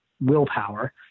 willpower